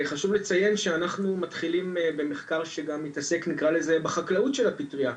חשוב לציין שאנחנו מתחילים במחקר שגם מתעסק נקרא לזה בחקלאות של הפטריה,